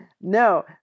No